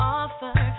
offer